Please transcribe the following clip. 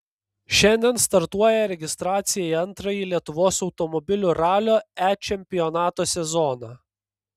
šiandien startuoja registracija į antrąjį lietuvos automobilių ralio e čempionato sezoną